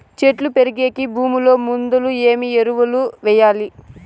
చెట్టు పెరిగేకి భూమిలో ముందుగా ఏమి ఎరువులు వేయాలి?